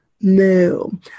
No